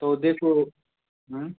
तो देखो हं